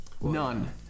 none